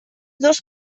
dos